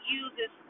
uses